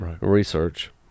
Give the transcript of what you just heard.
research